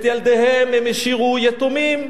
את ילדיהם הם השאירו יתומים.